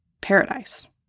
paradise